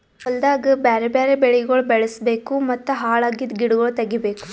ಹೊಲ್ದಾಗ್ ಬ್ಯಾರೆ ಬ್ಯಾರೆ ಬೆಳಿಗೊಳ್ ಬೆಳುಸ್ ಬೇಕೂ ಮತ್ತ ಹಾಳ್ ಅಗಿದ್ ಗಿಡಗೊಳ್ ತೆಗಿಬೇಕು